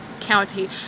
County